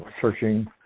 searching